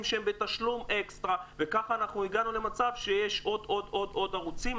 שהם בתשלום אקסטרה וכך הגענו למצב שיש עוד ועוד ערוצים.